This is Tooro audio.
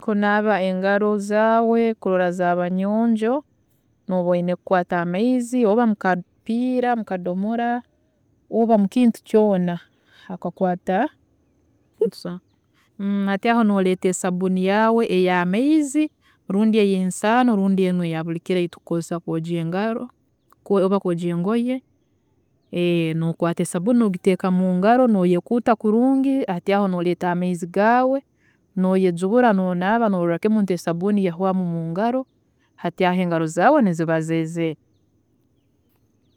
﻿Kunaaba engaro zaawe kurola zaaba nyonjo, nooba oyine kukwaata amaizi oba mukapiira, mukadomola oba mukintu kyoona, okakwaata, hati aho noreeta sabuuni yaawe ey'amaizi rundi eyensano rundi enu eyabuli kiro eyitukozesa kwojya engoye, nokwaata esabuuni nogiteeka mungaro, noyekuuta kurungi hati aho noreeta amaizi gaawe, noyejubura nonaaba kurungi noroorra kimu nti esabuuni yahwa mungaro, hati aho engaro zaawe niziba zeezere.